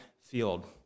field